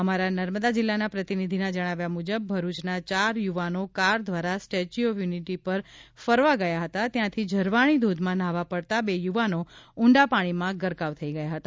અમારા નર્મદા જિલ્લાના પ્રતિનિધિના જણાવ્યા મુજબ ભરુચના ચાર યુવાનો કાર દ્વારા સ્ટેચ્યુ ઓફ યુનિટી પર ફરવા ગયા હતા ત્યાંથી ઝરવાણી ધોધમાં ન્હાવા પડતા બે યુવાનો ઊંડા પાણીમાં ગરકાવ થઇ ગયા હતા